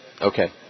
Okay